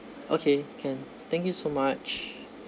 okay can thank you so much